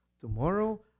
tomorrow